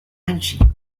alger